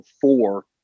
four